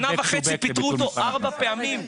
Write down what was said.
שנה וחצי פיטרו אותו ארבע פעמים,